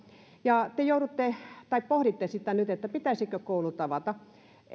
ja te pohditte nyt pitäisikö koulut avata